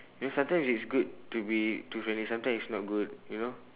you know sometimes it's good to be too friendly sometimes it's not good you know